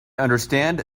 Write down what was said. understand